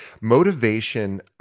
motivation